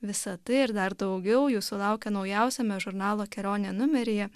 visa tai ir dar daugiau jūsų laukia naujausiame žurnalo kelionė numeryje